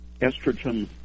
estrogen